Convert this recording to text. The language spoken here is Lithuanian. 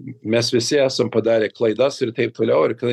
mes visi esam padarę klaidas ir taip toliau ir kai